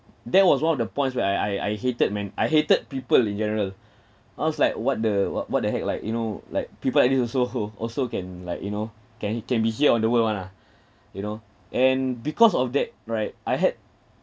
that was one of the points where I I I hated man I hated people in general I was like what the what what the heck like you know like people like this also also can like you know can can be here on the world [one] ah you know and because of that right I had